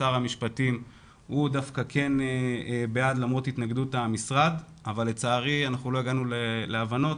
שר המשפטים דווקא כן בעד למרות התנגדות המשרד אבל לצערי לא הגענו להבנות